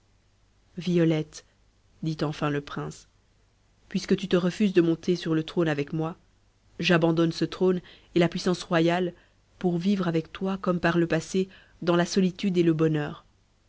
violette dit enfin le prince puisque tu te refuses de monter sur le trône avec moi j'abandonne ce trône et la puissance royale pour vivre avec toi comme par le passé dans la solitude et le bonheur